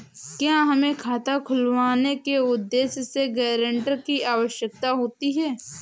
क्या हमें खाता खुलवाने के उद्देश्य से गैरेंटर की आवश्यकता होती है?